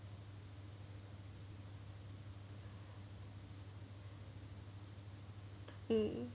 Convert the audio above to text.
um